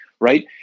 right